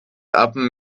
upon